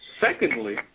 Secondly